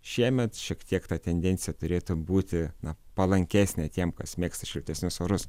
šiemet šiek tiek ta tendencija turėtų būti na palankesnė tiem kas mėgsta šiltesnius orus